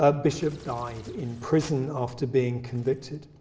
ah bishop died in prison after being convicted.